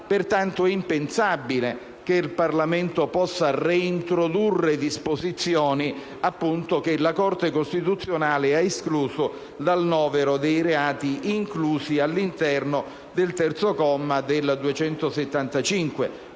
Pertanto, è impensabile che il Parlamento possa reintrodurre disposizioni che la Corte costituzionale ha escluso dal novero dei reati inclusi all'interno del terzo comma